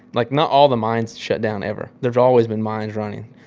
like not all the mines shut down ever. there's always been mines running.